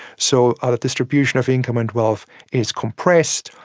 so the distribution of income and wealth is compressed.